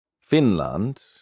Finland